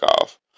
off